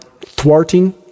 thwarting